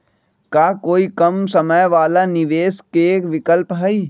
का कोई कम समय वाला निवेस के विकल्प हई?